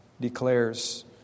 declares